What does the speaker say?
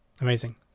amazing